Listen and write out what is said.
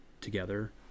together